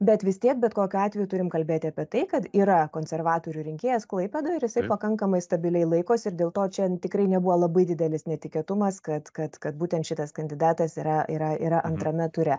bet vis tiek bet kokiu atveju turim kalbėti apie tai kad yra konservatorių rinkėjas klaipėdoj ir jisai pakankamai stabiliai laikosi ir dėl to čia tikrai nebuvo labai didelis netikėtumas kad kad kad būtent šitas kandidatas yra yra yra antrame ture